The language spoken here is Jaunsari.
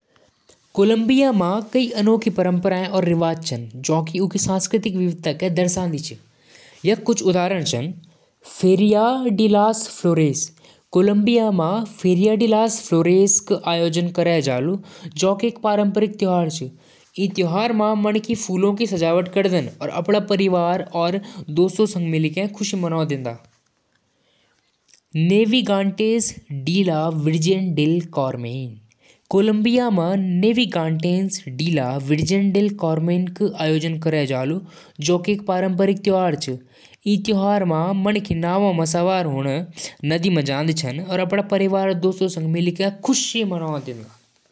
ब्राजील क संस्कृति म संगीत और नृत्य क प्रमुख भूमिका होलु। यहां क कार्निवल फेस्टिवल दुनियाभर म प्रसिद्ध होलु। सांबा नृत्य और फुटबॉल यहां क पहचान छन। अमेजन जंगल और रियो डी जनेरियो क क्राइस्ट द रिडीमर यहां क खास जगह छन। खानपान म फेजोआदा और ब्राजीलियन कॉफी प्रसिद्ध छन।